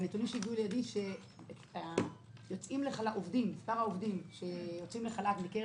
על פי הנתונים שהגיעו לידיי מספר העובדים שיצאו לחל"ת מקרב